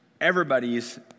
everybody's